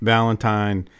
Valentine